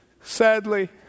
Sadly